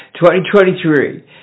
2023